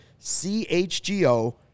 CHGO